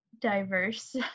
diverse